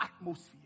atmosphere